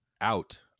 out